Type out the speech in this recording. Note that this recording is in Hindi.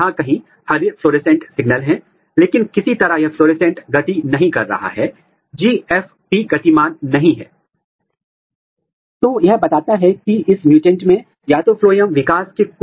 तो यह विश्लेषण हमें न केवल किसी विशेष अंग में अभिव्यक्ति की जांच करने की अनुमति देता है बल्कि यह भी हमें यह जांचने की अनुमति देता है कि क्या प्रतिलिपि असमान रूप से वितरित की गई है